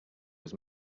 was